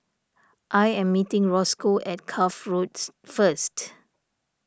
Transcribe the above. I am meeting Rosco at Cuff Roads first